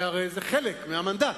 כי הרי זה חלק מהמנדט.